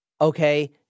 Okay